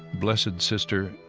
blessed and sister,